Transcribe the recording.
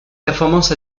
performances